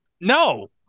No